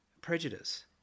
prejudice